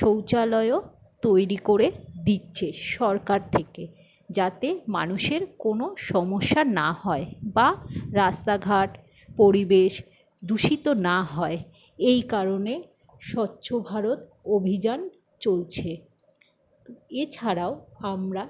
শৌচালয়ও তৈরি করে দিচ্ছে সরকার থেকে যাতে মানুষের কোনো সমস্যা না হয় বা রাস্তাঘাট পরিবেশ দূষিত না হয় এই কারণে স্বচ্ছ ভারত অভিযান চলছে এছাড়াও আমরা